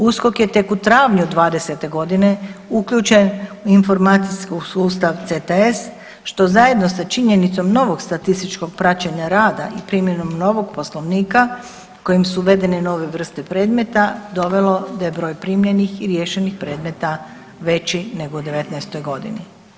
USKOK je tek u travnju '20.g. uključen u informacijski sustav CTS što zajedno sa činjenicom novog statističkog praćenja rada i primjenom novog poslovnika kojim su uvedene nove vrste predmeta dovelo da je broj primljenih i riješenih predmeta veći nego u '19. godini.